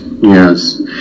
Yes